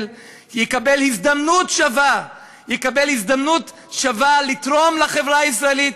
יקבל הזדמנות שווה לתרום לחברה הישראלית,